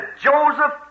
Joseph